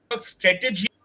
strategy